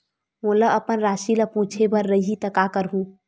मोला अपन राशि ल पूछे बर रही त का करहूं?